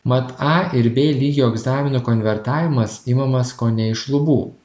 mat a ir b lygio egzamino konvertavimas imamas kone iš lubų